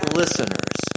listeners